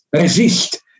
resist